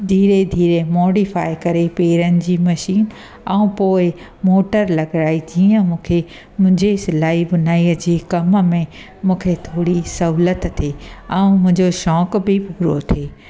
धीरे धीरे मोडीफाए करे पेरनि जी मशीन ऐं पोइ मोटर लॻाई जीअं मूंखे मुंहिंजे सिलाई बुनाई जे कम में मूंखे थोरी सहूलियत थिए ऐं मुंहिंजो शौक़ु बि पूरो थिए